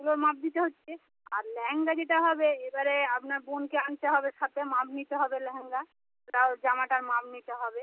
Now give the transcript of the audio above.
সেগুলোর মাপ দিতে হচ্ছে আর লেহেঙ্গা যেটা হবে এবারে আপনার বোনকে আনতে হবে সাথে মাপ নিতে হবে লেহেঙ্গার ব্লাউজ জামাটার মাপ নিতে হবে